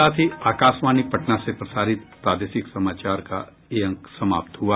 इसके साथ ही आकाशवाणी पटना से प्रसारित प्रादेशिक समाचार का ये अंक समाप्त हुआ